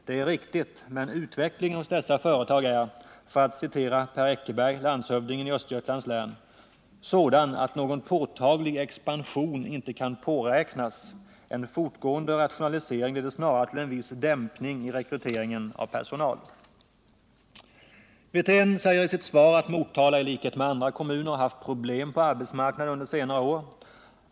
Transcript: Det är riktigt, men utvecklingen hos dessa företag är, för att citera landshövdingen i Östergötlands län, ”sådan att någon påtaglig expansion inte kan påräknas. En fortgående rationalisering leder snarare till en viss dämpning i rekryteringen av personal.” Rolf Wirtén säger i sitt svar att Motala i likhet med andra kommuner har haft problem på arbetsmarknaden under de senaste åren.